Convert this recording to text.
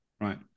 right